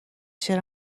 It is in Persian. چرا